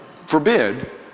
forbid